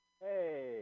Hey